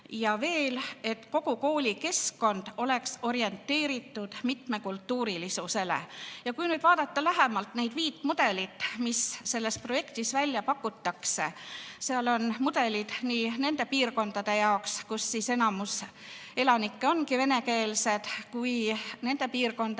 Ja veel, et kogu koolikeskkond oleks orienteeritud mitmekultuurilisusele. Kui nüüd vaadata lähemalt neid viit mudelit, mis selles projektis välja pakutakse, siis on seal mudelid nii nende piirkondade jaoks, kus enamik elanikke on venekeelsed, kui ka nende piirkondade